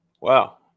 Wow